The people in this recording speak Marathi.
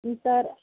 इतर